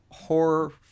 horror